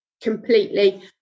completely